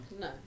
no